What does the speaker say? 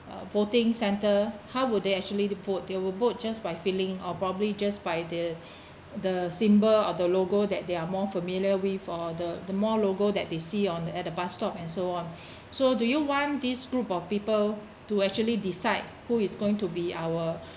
a voting centre how will they actually vote there will vote just by feeling or probably just by the the symbol or the logo that they are more familiar with or the the more logo that they see on at the bus stop and so on so do you want this group of people to actually decide who is going to be our